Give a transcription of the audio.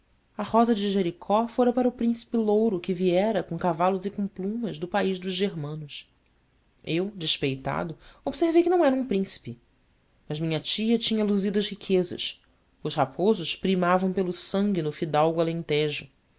a rosa de jericó fora para o príncipe louro que viera com cavalos e com plumas do país dos germanos eu despeitado observei que não era um príncipe mas minha tia tinha luzidas riquezas os raposos primavam pelo sangue no fidalgo alentejo